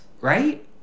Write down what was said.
right